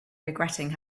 regretting